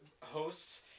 hosts